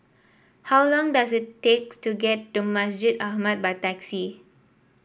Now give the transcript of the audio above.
how long does it takes to get to Masjid Ahmad by taxi